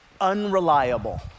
unreliable